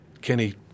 Kenny